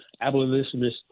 abolitionists